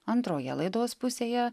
antroje laidos pusėje